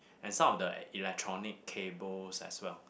and some of the electronic cables as well